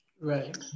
Right